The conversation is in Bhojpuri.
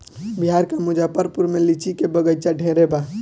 बिहार के मुजफ्फरपुर में लीची के बगइचा ढेरे बा